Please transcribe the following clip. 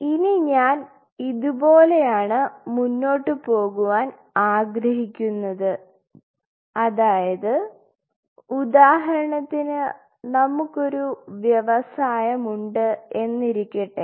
ഇനി ഞാൻ ഇതുപോലെയാണ് മുന്നോട്ട് പോകുവാൻ ആഗ്രഹിക്കുന്നത് അതായത് ഉദാഹരണത്തിന് നമുക്ക് ഒരു വ്യവസായം ഉണ്ട് എന്നിരിക്കട്ടെ